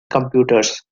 computers